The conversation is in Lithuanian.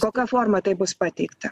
kokia forma tai bus pateikta